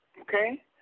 Okay